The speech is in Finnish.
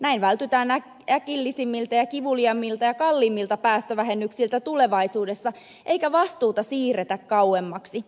näin vältytään äkillisemmiltä ja kivuliaammilta ja kalliimmilta päästövähennyksiltä tulevaisuudessa eikä vastuuta siirretä kauemmaksi